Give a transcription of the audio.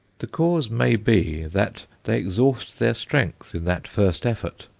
the cause may be that they exhaust their strength in that first effort,